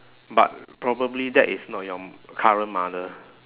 but probably that is not your m~ current mother